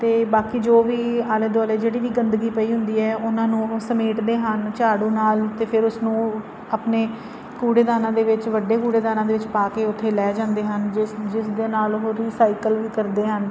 ਅਤੇ ਬਾਕੀ ਜੋ ਵੀ ਆਲੇ ਦੁਆਲੇ ਜਿਹੜੀ ਵੀ ਗੰਦਗੀ ਪਈ ਹੁੰਦੀ ਹੈ ਉਹਨਾਂ ਨੂੰ ਉਹ ਸਮੇਟਦੇ ਹਨ ਝਾੜੂ ਨਾਲ ਅਤੇ ਫਿਰ ਉਸ ਨੂੰ ਆਪਣੇ ਕੂੜੇਦਾਨਾਂ ਦੇ ਵਿੱਚ ਵੱਡੇ ਕੂੜੇਦਾਨਾਂ ਦੇ ਵਿੱਚ ਪਾ ਕੇ ਉੱਥੇ ਲੈ ਜਾਂਦੇ ਹਨ ਜਿਸ ਜਿਸਦੇ ਨਾਲ ਉਹ ਰੀਸਾਈਕਲ ਵੀ ਕਰਦੇ ਹਨ